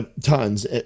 Tons